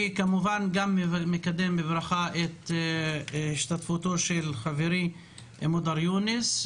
אני מקדם בברכה את השתתפותו של חברי מודר יוניס,